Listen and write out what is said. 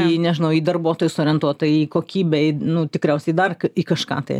į nežinau į darbuotojus orientuota į kokybę nu tikriausiai dar į kažką tai